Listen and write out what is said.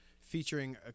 featuring